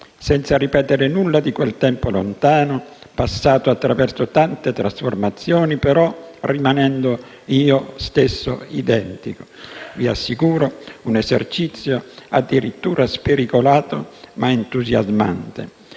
senza ripetere nulla di quel tempo lontano, passato attraverso tante trasformazioni, rimanendo però io stesso identico. Vi assicuro: è un esercizio addirittura spericolato, ma entusiasmante,